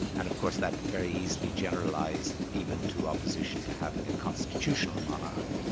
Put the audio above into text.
and of course that very easily generalised even to opposition to having a constitutional monarch.